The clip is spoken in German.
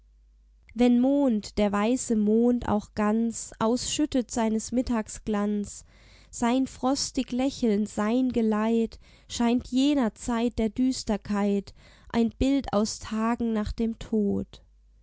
wenn mond der weiße mond auch ganz ausschüttet seines mittags glanz sein frostig lächeln sein geleit scheint jener zeit der düsterkeit ein bild aus tagen nach dem tod